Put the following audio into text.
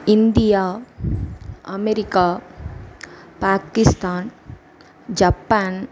India America Pakistan Japan